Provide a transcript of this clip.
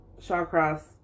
Shawcross